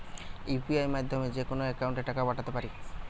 UPI মাধ্যমে যেকোনো একাউন্টে টাকা পাঠাতে পারি?